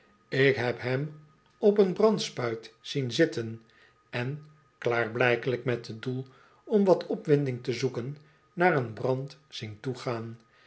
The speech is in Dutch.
ik heb hem op een brandspuit zien zitten en klaarblijkelijk met het doel om wat opwinding te zoeken naar een brand zien toe